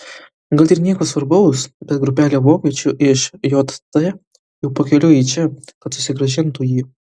gal ir nieko svarbaus bet grupelė vokiečių iš jt jau pakeliui į čia kad susigrąžintų jį